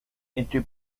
into